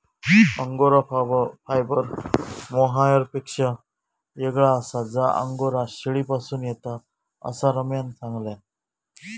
angora fibre मोहायरपेक्षा येगळा आसा जा अंगोरा शेळीपासून येता, असा रम्यान सांगल्यान